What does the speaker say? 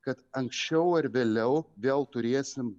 kad anksčiau ar vėliau vėl turėsim